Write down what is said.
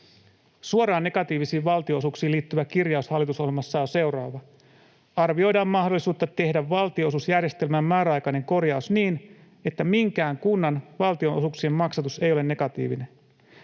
Suoraan negatiivisiin valtionosuuksiin liittyvä kirjaus hallitusohjelmassa on seuraava: ”Arvioidaan mahdollisuutta tehdä valtionosuusjärjestelmän määräaikainen korjaus niin, että minkään kunnan valtionosuuksien maksatus ei ole negatiivinen.”